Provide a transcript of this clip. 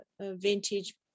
vintage